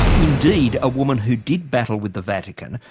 indeed a woman who did battle with the vatican,